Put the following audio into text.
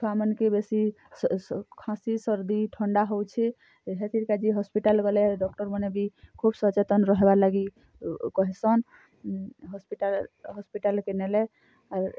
ଛୁଆ ମାନ୍କେ ବେଶୀ ଖାଁସି ସର୍ଦ୍ଦି ଥଣ୍ଡା ହେଉଛେ ହେଥିର୍ କା'ଯେ ହସ୍ପିଟାଲ୍ ଗଲେ ଡ଼କ୍ଟର୍ ମାନେ ବି ଖୋବ୍ ସଚେତନ୍ ରହେବାର୍ ଲାଗି କହେସନ୍ ହସ୍ପିଟାଲ୍ ହସ୍ପିଟାଲ୍ କେ ନେଲେ ଆର୍